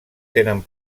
tenen